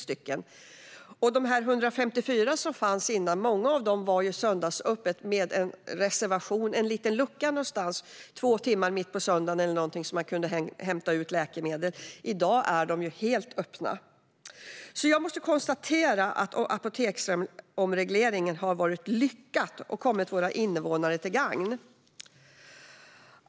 Många av de 154 som fanns tidigare hade söndagsöppet på så sätt att det fanns en liten lucka under kanske två timmar mitt på dagen där man kunde hämta ut läkemedel. I dag är de helt öppna. Jag måste därför konstatera att apoteksomregleringen har varit lyckad och kommit våra invånare till gagn.